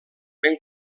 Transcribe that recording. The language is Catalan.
ben